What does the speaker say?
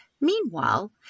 Meanwhile